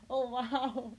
oh !whoa!